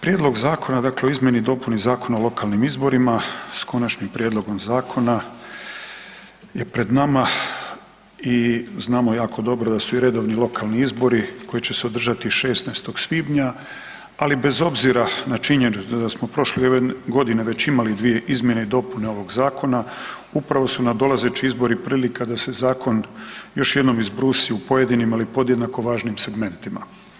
Prijedlog zakona o izmjeni i dopuni Zakona o lokalnim izborima s Konačnim prijedlogom Zakona je pred nama i znamo jako dobro da su redovni lokalni izbori koji će se održati 16.svibnja, ali bez obzira na činjenicu da smo prošle godine već imali dvije izmjene i dopune ovog zakona, upravo su nadolazeći izbori prilika da se zakon još jednom izbrusi u pojedinim, ali podjednako važnim segmentima.